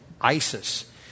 ISIS